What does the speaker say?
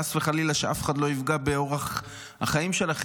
חס וחלילה, שאף אחד לא יפגע באורח החיים שלכם.